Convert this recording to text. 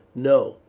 no,